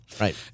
Right